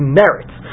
merits